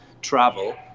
travel